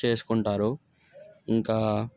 చేసుకుంటారు ఇంకా